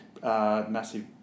Massive